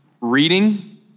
reading